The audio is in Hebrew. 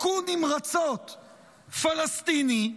הכו נמרצות פלסטיני.